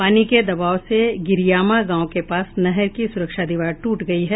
पानी के दबाव से गिरियामा गांव के पास नहर की सुरक्षा दीवार टूट गयी है